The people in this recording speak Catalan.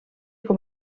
com